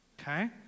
okay